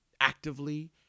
actively